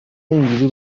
اینجوری